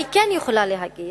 אני כן יכולה להגיד